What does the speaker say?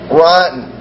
rotten